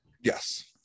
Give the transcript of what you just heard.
Yes